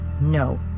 No